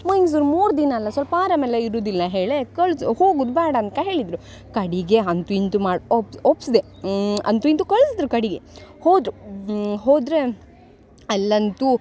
ಮೈಸೂರು ಮೂರು ದಿನ ಅಲ್ಲ ಸ್ವಲ್ಪ ಆರಾಮ ಎಲ್ಲ ಇರುವುದಿಲ್ಲ ಹೇಳೆ ಕಳ್ಜ್ ಹೋಗುದು ಬ್ಯಾಡ ಅನ್ಕ ಹೇಳಿದ್ರು ಕಡೆಗೆ ಅಂತೂ ಇಂತೂ ಮಾಡಿ ಒಪ್ ಒಪ್ಸಿದೆ ಅಂತೂ ಇಂತೂ ಕಳ್ಸ್ದ್ರು ಕಡೆಗೆ ಹೋದರು ಹೋದರೆ ಅಲ್ಲಂತೂ